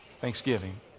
Thanksgiving